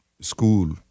school